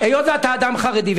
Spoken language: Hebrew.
היות שאתה אדם חרדי,